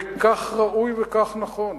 וכך ראוי וכך נכון.